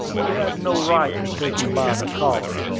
he had no right to take him by the collar.